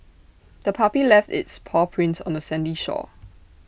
the puppy left its paw prints on the sandy shore